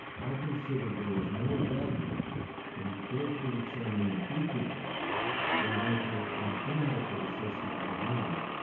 i considered there was more value in carefully examining a few people than making an inadequate assessment of many,